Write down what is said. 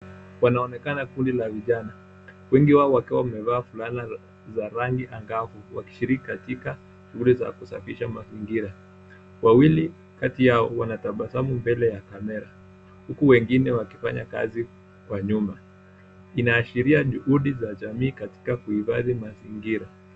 Wanaonekana kundi la vijana wengi wao wakiwa wamevaa fulana za rangi angavu wakishiriki katika shughuli za kusafisha mazingira. Wawili kati yao wanatabasamu mbele ya kamera huku wengine wakifanya kazi kwa nyuma. Inaashiria juhudi za jamii katika kuhifadhi mazingira.